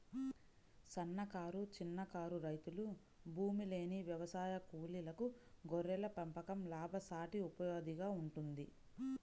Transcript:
సన్నకారు, చిన్నకారు రైతులు, భూమిలేని వ్యవసాయ కూలీలకు గొర్రెల పెంపకం లాభసాటి ఉపాధిగా ఉంటుంది